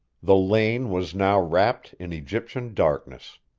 the lane was now wrapped in egyptian darkness.